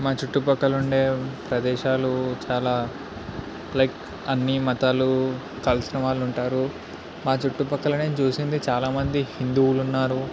మా చుట్టుపక్కల ఉండే ప్రదేశాలు చాలా లైక్ అన్నీ మతాలు కలిసిన వాళ్ళు ఉంటారు మా చుట్టుపక్కల నేను చూసింది చాలా మంది హిందువులు ఉన్నారు